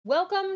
Welcome